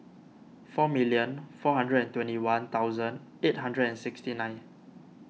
four million four hundred and twenty one thousand eight hundred and sixty nine